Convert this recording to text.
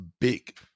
big